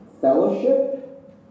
fellowship